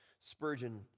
Spurgeon